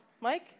Mike